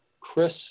Chris